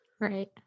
Right